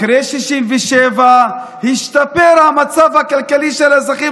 אחרי 67' השתפר המצב הכלכלי של האזרחים